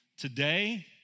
today